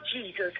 Jesus